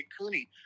Cooney